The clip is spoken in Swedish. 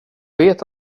vet